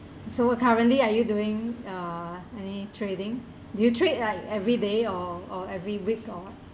so currently are you doing uh any trading do you trade like everyday or or every week or